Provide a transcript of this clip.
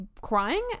crying